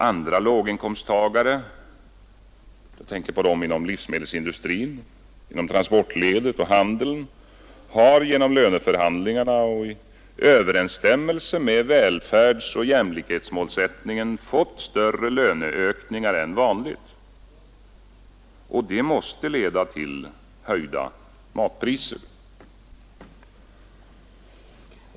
Andra låginkomsttagare — inom livsmedelsindustrin, transportledet och handeln — har genom löneförhandlingarna och i överensstämmelse med välfärdsoch jämlikhetsmålsättningen fått större löneökningar än vanligt. Detta måste leda till höjda matpriser.